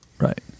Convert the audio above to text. right